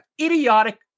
idiotic